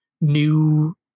new